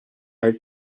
are